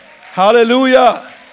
Hallelujah